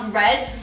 red